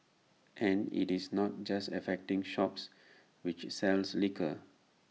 and IT is not just affecting shops which sells liquor